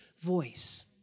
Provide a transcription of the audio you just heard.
voice